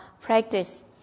practice